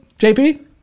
JP